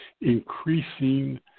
increasing